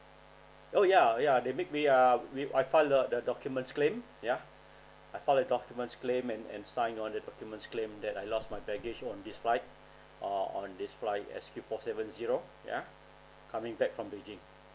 oh ya ya they make me uh I filed the the documents claim yeah I filed the documents claim and and sign on the document claim that I lost my baggage one this flight on on this flight S_Q four seven zero yeah coming back from beijing